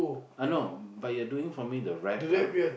I know but you're doing for me the wrap right